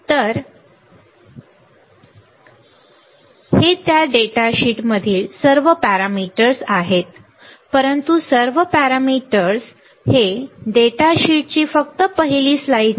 तर हे त्या डेटा शीटमधील सर्व पॅरामीटर्स आहेत परंतु सर्व पॅरामीटर्स हे डेटा शीटची फक्त पहिली स्लाइड नाही